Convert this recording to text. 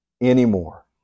anymore